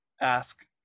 ask